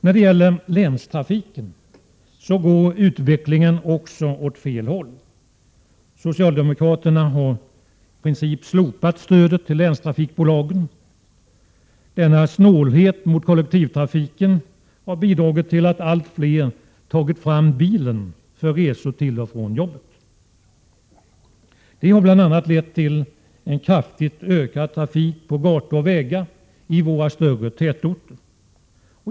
När det gäller länstrafiken går utvecklingen också åt fel håll. Socialdemokraterna har i princip slopat stödet till länstrafikbolagen. Denna snålhet mot kollektivtrafiken har bidragit till att allt fler tagit fram bilen för resor till och från jobbet. Det har bl.a. lett till en kraftigt ökad trafik på gator och vägar i våra större tätorter.